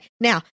Now